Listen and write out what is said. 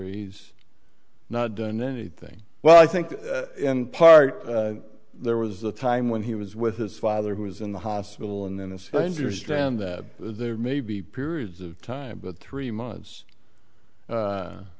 he's not done anything well i think in part there was a time when he was with his father who was in the hospital and then a stranger strand that there may be periods of time but three months